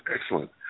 excellent